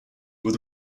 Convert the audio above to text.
were